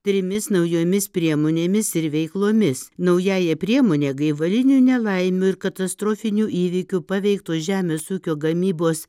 trimis naujomis priemonėmis ir veiklomis naująja priemone gaivalinių nelaimių ir katastrofinių įvykių paveiktos žemės ūkio gamybos